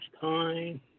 time